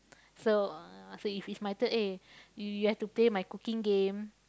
so uh so if it's my turn eh you you have to play my cooking game